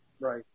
right